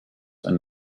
and